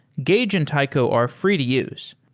gauge and taiko are free to use.